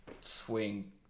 swing